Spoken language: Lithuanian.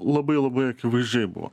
labai labai akivaizdžiai buvo